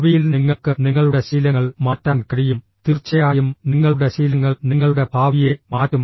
ഭാവിയിൽ നിങ്ങൾക്ക് നിങ്ങളുടെ ശീലങ്ങൾ മാറ്റാൻ കഴിയും തീർച്ചയായും നിങ്ങളുടെ ശീലങ്ങൾ നിങ്ങളുടെ ഭാവിയെ മാറ്റും